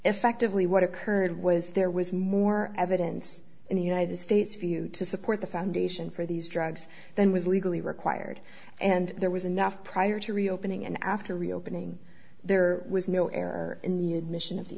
effectively what occurred was there was more evidence in the united states for you to support the foundation for these drugs than was legally required and there was enough prior to reopening and after reopening there was no error in the admission of the